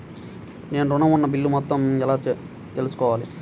నేను ఋణం ఉన్న బిల్లు మొత్తం ఎలా తెలుసుకోవాలి?